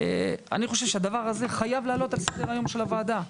אני חושב שהדבר הזה חייב לעלות על סדר-היום של הוועדה.